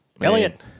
Elliot